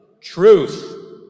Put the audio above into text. truth